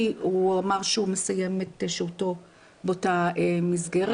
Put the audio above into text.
הוא אמר שהוא מסיים את שהותו באותה מסגרת.